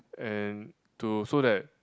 and to so that